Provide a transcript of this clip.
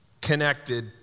connected